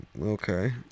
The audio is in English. Okay